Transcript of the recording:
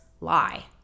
lie